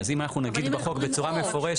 אז אם אנחנו נגיד בחוק בצורה מפורשת.